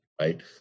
right